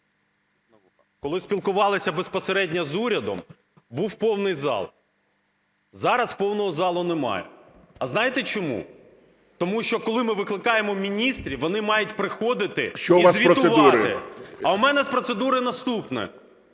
коли спілкувалися безпосередньо з урядом, був повний зал. Зараз повного залу немає. А знаєте, чому? Тому що, коли ми викликаємо міністрів, вони мають приходити і звітувати. ГОЛОВУЮЧИЙ. Що у вас